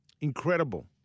Incredible